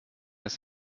ist